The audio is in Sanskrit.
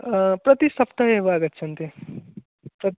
प्रतिसप्ताहेव आगच्छन्ति तत्